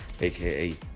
aka